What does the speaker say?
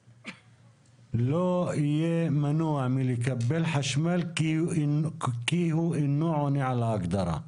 לא יהיה מנוע מלקבל חשמל כי הוא אינו עונה על ההגדרה.